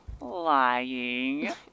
Lying